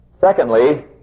Secondly